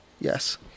Yes